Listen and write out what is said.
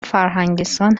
فرهنگستان